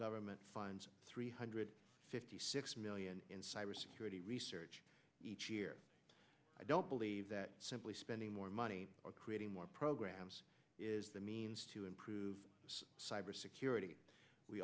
government funds three hundred fifty six million in cybersecurity research each year i don't believe that simply spending more money creating more programs is the means to improve cybersecurity we